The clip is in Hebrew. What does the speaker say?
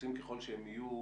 נחוצים ככל שהם יהיו,